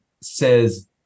says